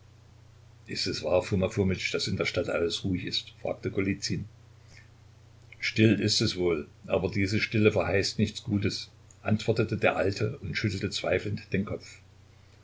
ist es wahr foma fomitsch daß in der stadt alles ruhig ist fragte golizyn still ist es wohl aber diese stille verheißt nichts gutes antwortete der alte und schüttelte zweifelnd den kopf